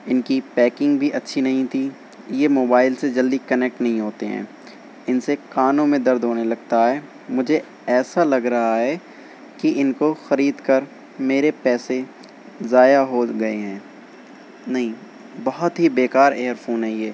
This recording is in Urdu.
ان کی پیکنگ بھی اچھی نہیں تھی یہ موبائل سے جلدی کنیکٹ نہیں ہوتے ہیں ان سے کانوں میں درد ہونے لگتا ہے مجھے ایسا لگ رہا ہے کہ ان کو خرید کر میرے پیسے ضائع ہو گئے ہیں نہیں بہت ہی بیکار ایئر فون ہے یہ